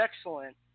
excellent